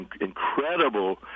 incredible